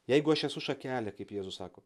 jeigu aš esu šakelė kaip jėzus sako